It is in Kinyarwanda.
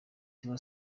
tiwa